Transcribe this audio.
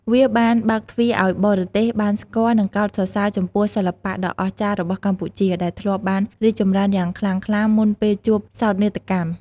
វាបាន បើកទ្វារ ឲ្យបរទេសបានស្គាល់ និងកោតសរសើរចំពោះសិល្បៈដ៏អស្ចារ្យរបស់កម្ពុជា ដែលធ្លាប់បានរីកចម្រើនយ៉ាងខ្លាំងក្លាមុនពេលជួបសោកនាដកម្ម។